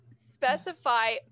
specify